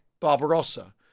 Barbarossa